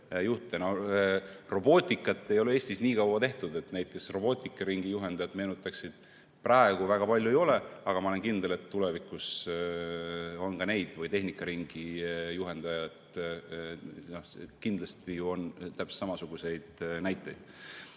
Robootikaga ei ole Eestis nii kaua tegeldud, nii et neid, kes robootikaringi juhendajat meenutaksid, praegu väga palju ei ole, aga ma olen kindel, et tulevikus meenutatakse ka neid või tehnikaringi juhendajaid. Kindlasti on täpselt samasuguseid näiteid.